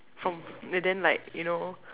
from and then like you know